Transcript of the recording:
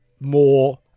more